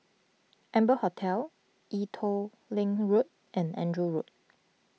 Amber Hotel Ee Teow Leng Road and Andrew Road